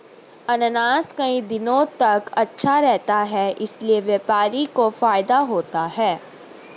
अनानास कई दिनों तक अच्छा रहता है इसीलिए व्यापारी को फायदा होता है